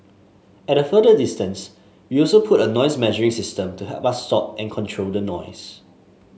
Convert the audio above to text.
at a further distance we also put a noise measuring system to help us stop and control the noise